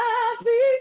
Happy